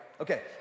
Okay